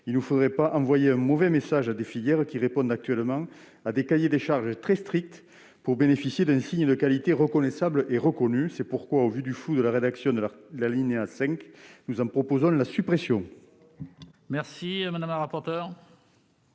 Il ne faudrait pas envoyer un mauvais message à des filières qui répondent actuellement à des cahiers des charges très stricts pour bénéficier d'un signe de qualité reconnaissable et reconnu. C'est pourquoi, au vu du flou de la rédaction de l'alinéa 5, nous en proposons la suppression. Quel est l'avis de